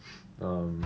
um